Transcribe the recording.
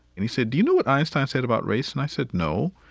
and he said, do you know what einstein said about race? and i said, no.